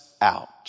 out